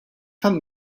tan